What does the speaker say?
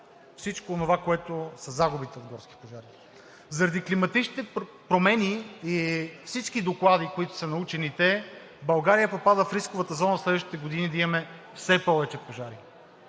всичко онова, което са загубите от горските пожари. Заради климатичните промени и всички доклади, които са на учените, България попада в рисковата зона през следващите години да имаме все повече пожари.